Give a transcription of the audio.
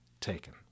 taken